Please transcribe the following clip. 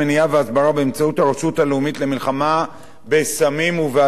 באמצעות הרשות הלאומית למלחמה בסמים ובאלכוהול.